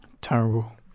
Terrible